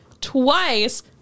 twice